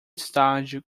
estádio